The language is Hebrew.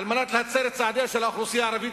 על מנת להצר את צעדיה של האוכלוסייה הערבית